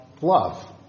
love